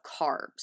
carbs